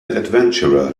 adventurer